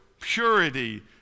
purity